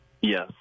Yes